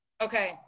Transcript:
Okay